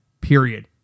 Period